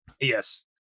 Yes